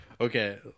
okay